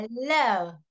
Hello